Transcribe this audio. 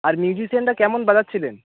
আর মিউজিশিয়ানরা কেমন বাজাচ্ছিলেন